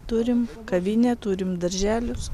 turim kavinę turim darželius